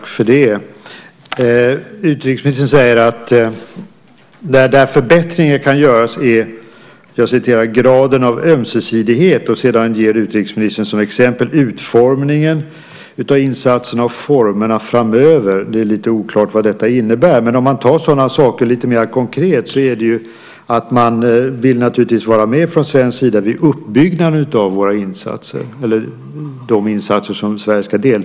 Herr talman! Utrikesministern säger att förbättringar kan göras när det gäller "graden av ömsesidighet". Sedan ger utrikesministern som exempel utformningen av insatserna och formerna framöver. Det är lite oklart vad detta innebär. Om man tar sådana saker lite mer konkret är det att man naturligtvis vill vara med från svensk sida vid uppbyggnaden av våra insatser, eller de insatser som Sverige ska delta i.